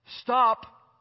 stop